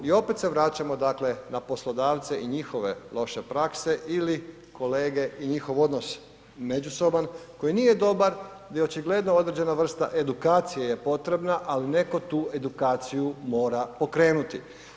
I opet se vraćamo dakle na poslodavce i njihove loše prakse ili kolege i njihov odnos međusoban koji nije dobar di očigledno određena edukacije je potrebna ali neko tu edukaciju mora pokrenuti.